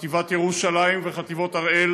חטיבת ירושלים וחטיבות הראל,